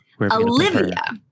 Olivia